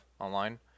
online